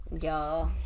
y'all